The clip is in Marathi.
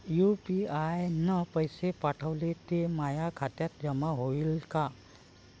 यू.पी.आय न पैसे पाठवले, ते माया खात्यात जमा होईन का?